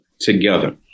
together